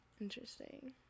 interesting